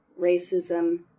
racism